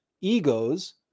egos